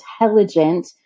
intelligent